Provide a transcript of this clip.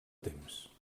temps